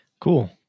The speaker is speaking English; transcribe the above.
Cool